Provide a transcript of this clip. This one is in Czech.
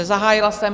Nezahájila jsem.